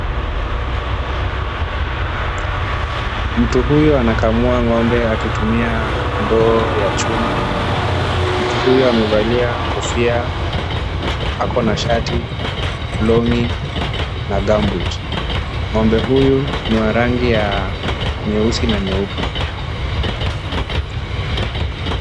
Mtu huyo anakaamua ng'ombe akitumia ndoo ya chuma. Mtu huyo amevalia kofia, ako na shati, longi na gumboot . Ng'ombe huyu ni wa rangi ya nyeusi na nyeupe.